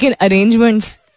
arrangements